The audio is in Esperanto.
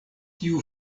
tiu